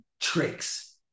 tricks